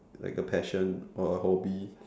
like a passion or a hobby